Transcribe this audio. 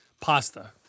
pasta